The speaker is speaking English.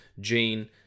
Gene